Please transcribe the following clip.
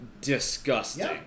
disgusting